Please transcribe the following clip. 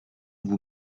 vous